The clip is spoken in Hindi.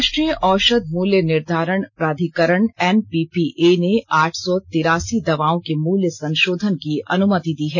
राष्ट्रीय औषध मूल्य निर्धारण प्राधिकरण एनपीपीए ने आठ सौ तिरासी दवाओं के मूल्य संशोधन की अनुमति दी है